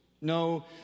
no